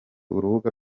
urubuga